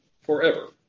forever